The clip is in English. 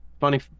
Funny